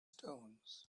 stones